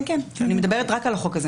כן, אני מדברת רק על החוק הזה.